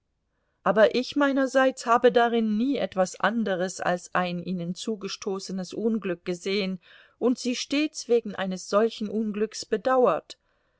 aber ich meinerseits habe darin nie etwas anderes als ein ihnen zugestoßenes unglück gesehen und sie stets wegen eines solchen unglücks bedauert